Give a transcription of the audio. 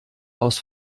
aus